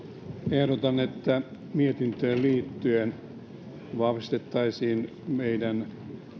ehdotan että mietintöön liittyen vahvistettaisiin meidän